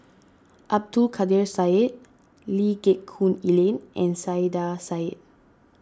Abdul Kadir Syed Lee Geck Hoon Ellen and Saiedah Said